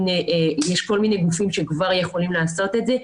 יש כל מיני גופים שכבר יכולים לעשות את זה.